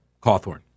Cawthorn